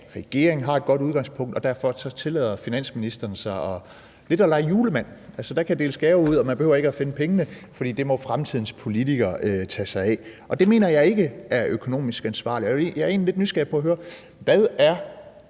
regeringen har et godt udgangspunkt, og derfor tillader finansministeren sig lidt at lege julemand, altså der kan deles gaver ud, og man behøver ikke at finde pengene, for det må fremtidens politikere tage sig af. Det mener jeg ikke er økonomisk ansvarligt. Jeg er egentlig lidt nysgerrig efter at høre: Hvad er